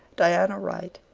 diana wright,